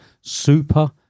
Super